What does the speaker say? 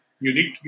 Unique